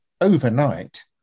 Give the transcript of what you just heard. overnight